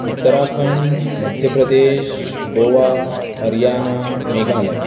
Uttarakhand Madhya Pradesh Goa Haryana Meghalaya